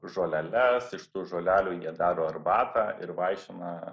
žoleles iš tų žolelių jie daro arbatą ir vaišina